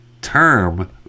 term